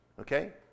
Okay